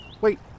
Wait